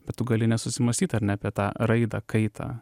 bet tu gali nesusimąstyt ar ne apie tą raidą kaitą